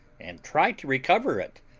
and try to recover it.